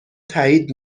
تایید